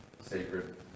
sacred